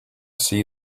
see